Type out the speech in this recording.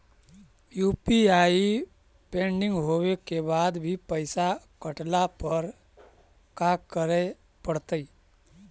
UPI pending होवे के बाद भी पैसा कटला पर का करे पड़तई?